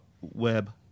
web